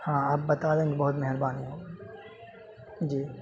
ہاں آپ بتا دیں گے بہت مہربانی ہوگی جی